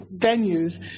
venues